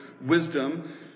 wisdom